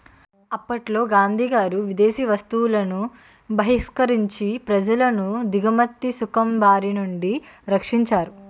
అప్పట్లో గాంధీగారు విదేశీ వస్తువులను బహిష్కరించి ప్రజలను దిగుమతి సుంకం బారినుండి రక్షించారు